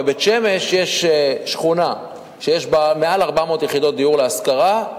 בבית-שמש יש שכונה שיש בה מעל 400 יחידות דיור להשכרה.